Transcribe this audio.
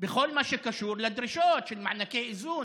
בכל מה שקשור לדרישות של מענקי איזון.